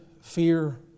fear